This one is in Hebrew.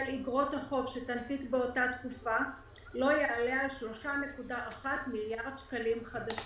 איגרות החוב שתנפיק באותה תקופה לא יעלה על 3.1 מיליארד שקלים חדשים,